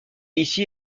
ici